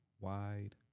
wide